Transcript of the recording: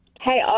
Hey